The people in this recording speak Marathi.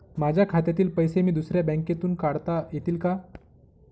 माझ्या खात्यातील पैसे मी दुसऱ्या बँकेतून काढता येतील का?